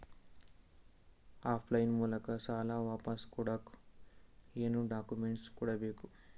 Of line ಮೂಲಕ ಸಾಲ ವಾಪಸ್ ಕೊಡಕ್ ಏನು ಡಾಕ್ಯೂಮೆಂಟ್ಸ್ ಕೊಡಬೇಕು?